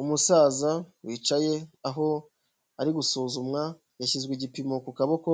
Umusaza wicaye aho ari gusuzumwa yashyizwe igipimo ku kaboko